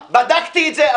בדקתי את זה.